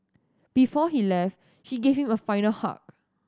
before he left she gave him a final hug